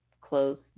close